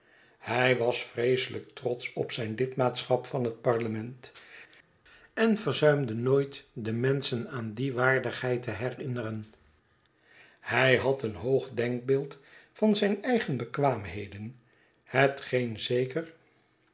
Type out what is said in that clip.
hij was vreeselijk trotsch op zijn lidmaatschap van het parlement en verzuimde nooit de menschen aan die waardigheid te herinneren hij had een hoog denkbeeld van zijn eigen bekwaamheden hetgeen zeker